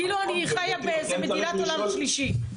כאילו אני חיה באיזה מדינת עולם שלישי.